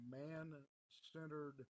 man-centered